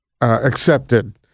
accepted